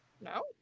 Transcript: No